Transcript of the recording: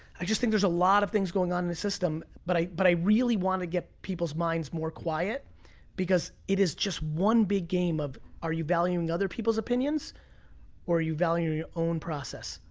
i just think there's a lot of things going on in the system. but i but i really wanna get people's minds more quiet because it is just one big game of, are you valuing other people's opinions or are you valuing your own process?